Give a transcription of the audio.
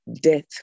Death